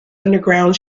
underground